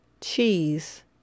cheese